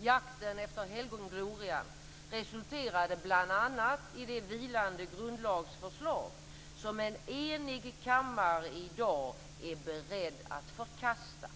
Jakten efter helgonglorian resulterade bl.a. i det vilande grundlagsförslag som en enig kammare i dag är beredd att förkasta.